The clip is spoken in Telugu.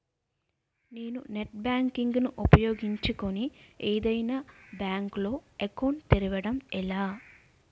నేను నెట్ బ్యాంకింగ్ ను ఉపయోగించుకుని ఏదైనా బ్యాంక్ లో అకౌంట్ తెరవడం ఎలా?